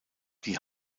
die